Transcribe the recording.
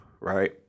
right